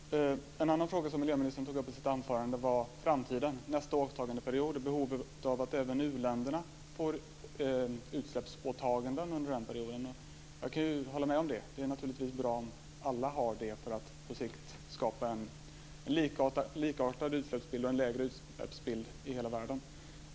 Fru talman! En annan fråga som miljöministern tog upp i sitt anförande var framtiden. Nästa åtagandeperiod är beroende av att även u-länderna då får utsläppsåtaganden. Jag kan hålla med om att det är bra att alla har sådana för att på sikt skapa en likartad utsläppsbild och lägre utsläpp i hela världen.